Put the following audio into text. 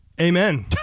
Amen